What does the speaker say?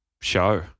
show